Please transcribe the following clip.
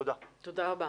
תודה רבה.